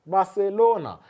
Barcelona